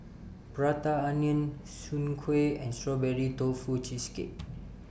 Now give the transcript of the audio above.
Prata Onion Soon Kuih and Strawberry Tofu Cheesecake